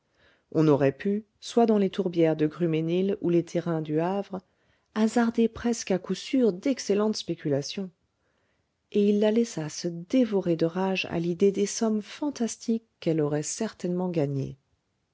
on aurait pu soit dans les tourbières de grumesnil ou les terrains du havre hasarder presque à coup sûr d'excellentes spéculations et il la laissa se dévorer de rage à l'idée des sommes fantastiques qu'elle aurait certainement gagnées